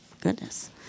goodness